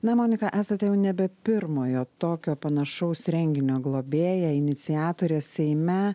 na monika esate jau nebe pirmojo tokio panašaus renginio globėja iniciatorė seime